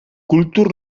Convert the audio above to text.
kultur